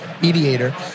Mediator